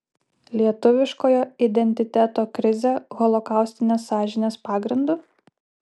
lietuviškojo identiteto krizė holokaustinės sąžinės pagrindu